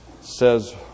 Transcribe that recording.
says